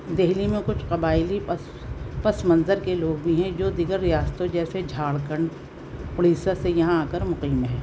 دہلی میں کچھ قبائلی پس پس منظر کے لوگ بھی ہیں جو دیگر ریاستوں جیسے جھارکھنڈ اڑیسہ سے یہاں آ کر مقیم ہیں